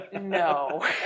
no